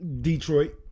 Detroit